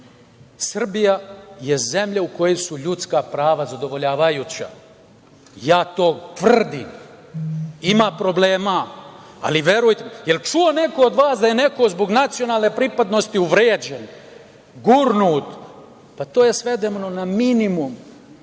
Srbija je zemlja u kojoj su ljudska prava zadovoljavajuća. Ja to tvrdim. Ima problema, ali verujte… Da li je čuo neko od vas da je neko zbog nacionalne pripadnosti uvređen, gurnut? Pa, to je svedeno na minimum.